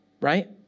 right